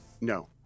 No